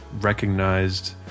recognized